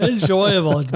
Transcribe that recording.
Enjoyable